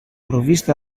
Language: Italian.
provviste